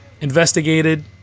investigated